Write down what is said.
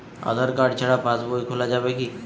আধার card ছাড়া পাশবই খোলা যাবে কি?